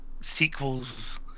sequels